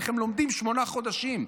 איך הם לומדים שמונה חודשים.